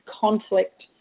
conflict